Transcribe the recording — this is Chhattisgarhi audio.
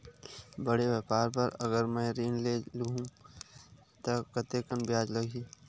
बड़े व्यापार बर अगर मैं ऋण ले हू त कतेकन ब्याज लगही?